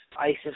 ISIS